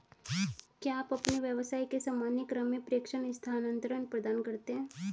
क्या आप अपने व्यवसाय के सामान्य क्रम में प्रेषण स्थानान्तरण प्रदान करते हैं?